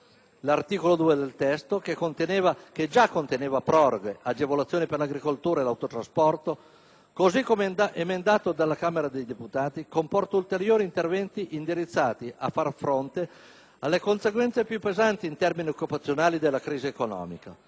L'articolo 2 del testo, che già conteneva proroghe, agevolazioni per l'agricoltura e l'autotrasporto, così come emendato dalla Camera dei deputati comporta ulteriori interventi indirizzati a far fronte alle conseguenze più pesanti in termini occupazionali della crisi economica,